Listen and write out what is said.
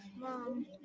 mom